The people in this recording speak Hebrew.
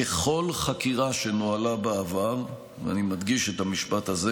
ככל חקירה שנוהלה בעבר, אני מדגיש את המשפט הזה